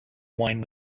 wine